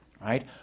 right